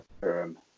term